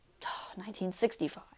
1965